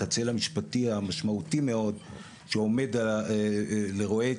את הצל המשפטי המשמעותי מאוד שעומד לרועץ